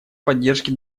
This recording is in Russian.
поддержке